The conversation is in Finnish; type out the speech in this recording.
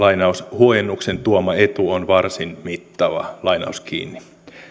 huojennuksen tuoma etu on varsin mittava